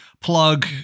plug